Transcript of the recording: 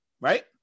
right